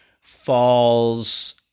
falls